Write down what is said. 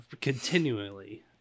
Continually